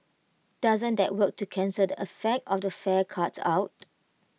doesn't that work to cancel the effect of the fare cuts out